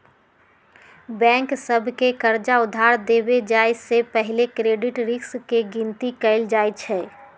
bank सभ के कर्जा उधार देबे जाय से पहिले क्रेडिट रिस्क के गिनति कएल जाइ छइ